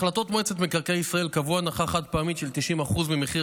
החלטות מועצת מקרקעי ישראל קבעו הנחה חד-פעמית של 90% ממחיר